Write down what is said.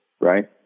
right